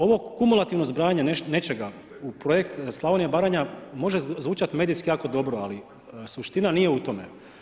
Ovo kumulativno zbrajanje nečega u projekt Slavonija i Baranja može zvučati medijski jako dobro, ali suština nije u tome.